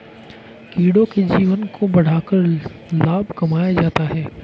कीड़ों के जीवन को बढ़ाकर लाभ कमाया जाता है